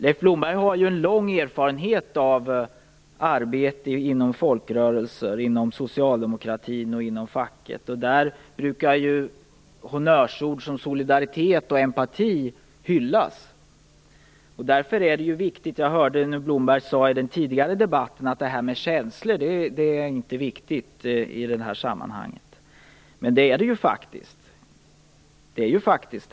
Leif Blomberg har ju lång erfarenhet av arbete inom folkrörelsen, socialdemokratin och facket. Där brukar honnörsord som solidaritet och empati hyllas. Jag hörde tidigare i debatten i dag Leif Blomberg säga att det här med känslor inte är viktigt i sammanhang. Men det är det ju faktiskt.